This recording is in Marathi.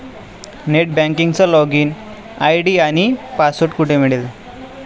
नेट बँकिंगचा लॉगइन आय.डी आणि पासवर्ड कुठे मिळेल?